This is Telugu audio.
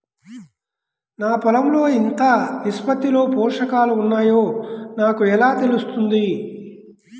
నా పొలం లో ఎంత నిష్పత్తిలో పోషకాలు వున్నాయో నాకు ఎలా తెలుస్తుంది?